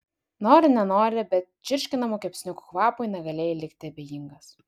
nori nenori bet čirškinamų kepsniukų kvapui negalėjai likti abejingas